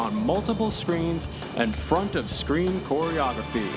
on multiple screens and front of screen choreography